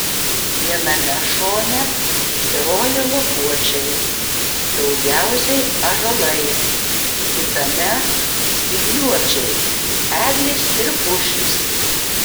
viename šone kerojo lapuočiai daugiausiai ąžuolai kitame spygliuočiai eglės ir pušys